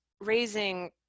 raising